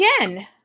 again